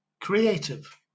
creative